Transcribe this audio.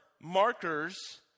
markers